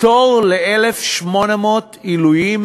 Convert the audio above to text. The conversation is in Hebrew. פטור ל-1,800 עילויים,